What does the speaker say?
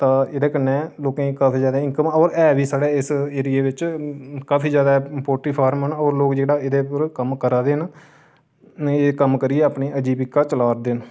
ता एह्दे कन्नै लोकें गी काफी जैदा इनकम होई जंदी और एह् बी साढ़े इस एरिये बिच्च काफी जैदा पोल्ट्री फार्म न और लोक जेह्ड़ा एह्दे उप्पर कम्म करा दे न एह् कम्म करी अपनी आजीवका चलाऽ दे न